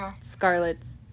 Scarlet's